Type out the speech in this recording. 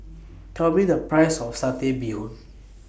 Tell Me The Price of Satay Bee Hoon